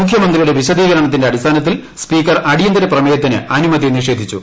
മുഖ്യമന്ത്രിയുടെ വിശദീകരണത്തിന്റെ അടിസ്ഥാനത്തിൽ സ്പീക്കർ അടിയന്തര പ്രമേയത്തിന് അനുമതി നിഷേധിച്ചു